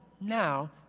now